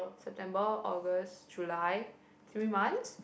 September August July three months